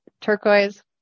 turquoise